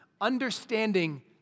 understanding